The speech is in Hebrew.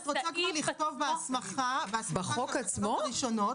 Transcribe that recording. את רוצה לכתוב בהסמכה של התקנות הראשונות,